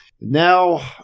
now